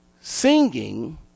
Singing